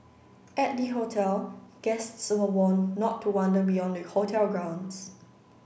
at the hotel guests were warned not to wander beyond the hotel grounds